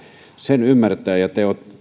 sen ymmärtää